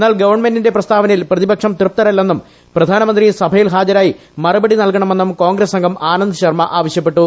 എന്നാൽ ഗവൺമെന്റിന്റെ പ്രസ്താവനയിൽ പ്രതിപക്ഷം തൃപ്തരല്ലെന്നും പ്രധാനമന്ത്രി സഭയിൽ ഹാജരായി മറുപടി നൽകണമെന്നും കോൺഗ്രസംഗം ആനന്ദ് ശർമ്മ ആവശ്യപ്പെട്ടു